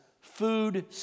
Food